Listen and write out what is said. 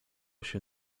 się